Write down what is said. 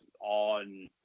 on